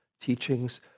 teachings